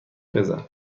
بزن